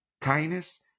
kindness